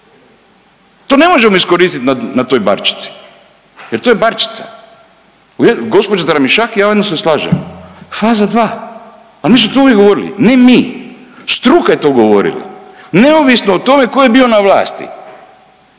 To ne možemo iskoristit na, na toj barčici jer to je barčica. Gđo. Tramišak, ja s vama se slažem faza 2, al mi smo to uvijek govorili, ne mi, struka je to govorila neovisno o tome ko je bio na vlasti